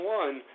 one